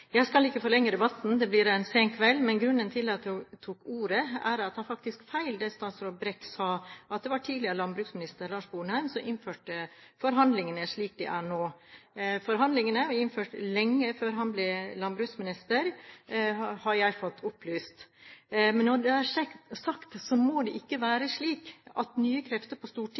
Jeg skal ikke forlenge debatten – det blir en sen kveld. Men grunnen til at jeg tok ordet, er at det faktisk er feil det statsråd Brekk sa om at det var tidligere landbruksminister Lars Sponheim som innførte forhandlingene slik de er nå. Forhandlingene ble innført lenge før han ble landbruksminister, har jeg fått opplyst. Men når det er sagt, vil jeg si at det må ikke være slik at nye krefter på Stortinget